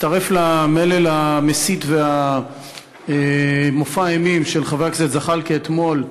הצטרף למלל המסית ומופע האימים של חבר הכנסת זחאלקה אתמול,